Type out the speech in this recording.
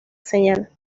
señal